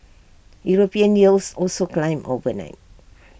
european yields also climbed overnight